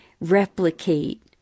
replicate